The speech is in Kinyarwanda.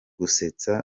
gusetsa